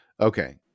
Okay